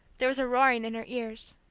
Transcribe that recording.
there was a roaring in her ears.